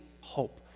hope